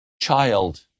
child